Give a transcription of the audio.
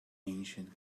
ancient